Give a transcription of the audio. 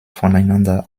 voneinander